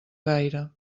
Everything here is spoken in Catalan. gaire